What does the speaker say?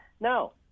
No